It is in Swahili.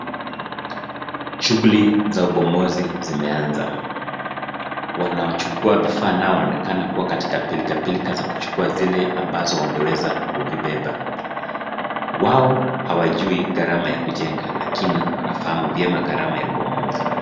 Shughuli za ubomozi zimeanza. Wanaochukua vifaa nao wanaonekana kuwa katika pilkapilka za kuchukua zile ambazo wangeweza kuvibeba. Wao hawajui gharama ya kujenga lakini wanafahamu vyema gharama ya ubomozi.